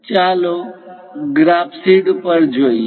ચાલો graph sheet જોઈએ